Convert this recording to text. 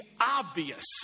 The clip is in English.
obvious